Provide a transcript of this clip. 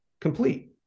complete